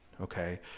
Okay